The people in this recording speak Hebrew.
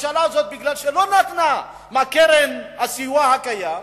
הממשלה הזאת, מכיוון שלא נתנה מקרן הסיוע הקיימת,